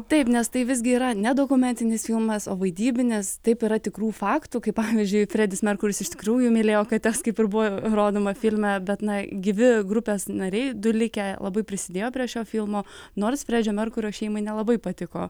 taip nes tai vis gi yra ne dokumentinis filmas o vaidybinis taip yra tikrų faktų kai pavyzdžiui fredis merkuris iš tikrųjų mylėjo kates kaip ir buvo rodoma filme bet na gyvi grupės nariai du likę labai prisidėjo prie šio filmo nors fredžio merkurio šeimai nelabai patiko